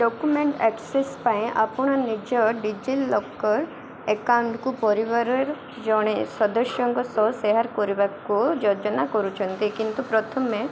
document access ପାଇଁ ଆପଣ ନିଜ ଡିଜିଲକର୍ ଏକାଉଣ୍ଟକୁ ପରିବାରରେ ଜଣେ ସଦସ୍ୟଙ୍କ ସହ ସେୟାର୍ କରିବାକୁ ଯୋଜନା କରୁଛନ୍ତି କିନ୍ତୁ ପ୍ରଥମେ